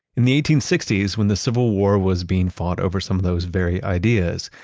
in the eighteen sixty s, when the civil war was being fought over some of those very ideas,